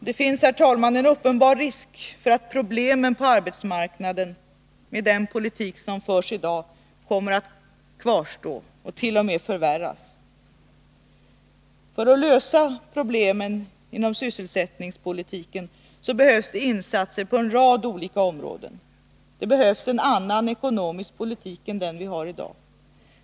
Det finns, herr talman, en uppenbar risk för att problemen på arbetsmarknaden kommer att kvarstå och t.o.m. förvärras med den politik som förs i dag. För att lösa sysselsättningsproblemen behövs insatser inom många områden. Det behövs en annorlunda ekonomisk politik än den som förs i dag.